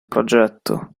progetto